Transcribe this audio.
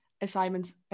assignments